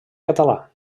català